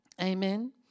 Amen